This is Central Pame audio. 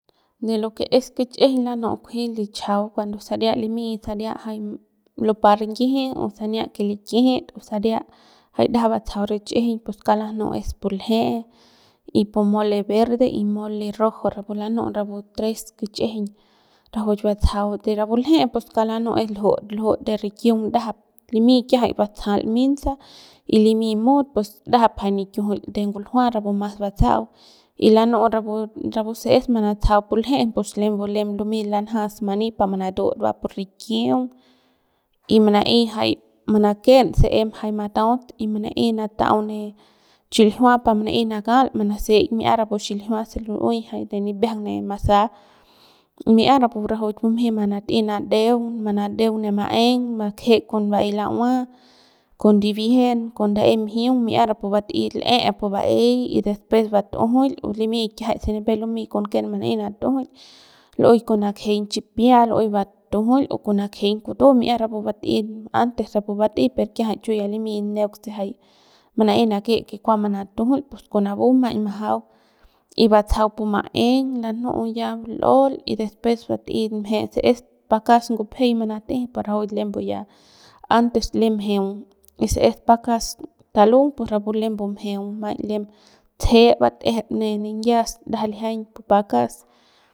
De lo que es kich'ijiñ lanu'u kujuey lichajau cuando saria limy o saria jay lupa rinyiji o sania que likijit o saria jay ndajap batsajau richijiñ pus kauk lanu'u es pu lje'e y pu mole verde y pu mole rojo rapu lanu'u rapu tres kichijiñ rajuik batsajau de rapu lje'e kauk la nu'u es lju'ut lju'ut de rikiung ndajap limy kiajay batsajal minsa y limy mut pus ndajap jay nikiujul de nguljua rapu mas batsa'au y lanu'u rapu rapu se es manatsajau pu lje'e pus lembu lem lumey lanjas mani pa manatut va pu rikiung y jay mana'ey jay manaken se em jay mataut y manaey natau ne chiljua pa manaey nakal manase'eik mi'ia rapu xiljua se lu'uey jay ne nibiajang ne masa mi'ia rapu rajuik bumjey manat'ey nadeung manadeung ne ma'eng manakje con ba'ey la'ua con ndibiejen con nda'e mjiung mi'ia rapu bat'ey l'e pu ba'ey y despues bat'ujul o limy kiajay se nipep lumey con ken mana'ey natujul lu'uey kon nakjeiñ chipia lu'uey batujul con nakjeiñ kutu mi'ia rapu bat'ey antes rapu bat'ey per kiajay chu ya limy neuk se jay mana'ey nake que kuas manatujul pus con napu maiñ majau y batsajau pu ma'eng lanu'u ya l'ol y despues bat'ey m'e se es pakas ngupjey manat'ey pus rajuik lembu ya antes lem mjeung y si es pakas talung pus rapu lembu mjeung maiñ lem tseje bat'ejep ne niyias ndajap lijiañ pu pakas.